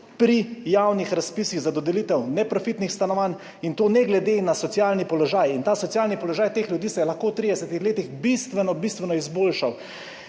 pri javnih razpisih za dodelitev neprofitnih stanovanj, in to ne glede na socialni položaj. In ta socialni položaj teh ljudi se je lahko v 30 letih bistveno, bistveno izboljšal.